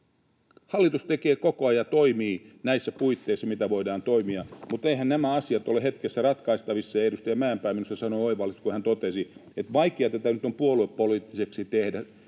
Hallitus tekee koko ajan ja toimii, mitä näissä puitteissa voidaan toimia, mutta eiväthän nämä asiat ole hetkessä ratkaistavissa, ja edustaja Mäenpää minusta sanoi oivallisesti, kun hän totesi, että vaikea tätä nyt on puoluepoliittiseksi tehdä,